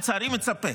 לצערי מצפה,